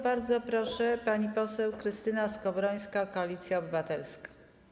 Bardzo proszę, pani poseł Krystyna Skowrońska, Koalicja Obywatelska.